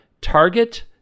target